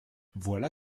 voilà